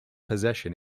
possession